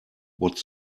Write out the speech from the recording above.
what